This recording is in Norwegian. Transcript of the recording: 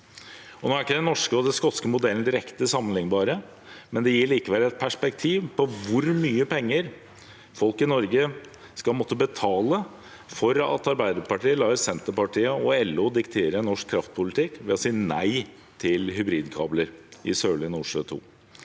Nå er ikke den norske og den skotske modellen direkte sammenlignbare, men det gir likevel et perspektiv på hvor mye penger folk i Norge skal måtte betale for at Arbeiderpartiet lar Senterpartiet og LO diktere norsk kraftpolitikk ved å si nei til hybridkabler i Sørlige Nordsjø II.